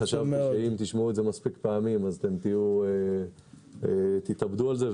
חשבתי שאם תשמעו את זה מספיק פעמים אז "תתאבדו" על זה,